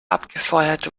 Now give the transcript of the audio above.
abgefeuert